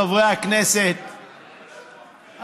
חברי הכנסת,